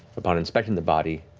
upon inspecting the body,